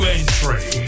Entry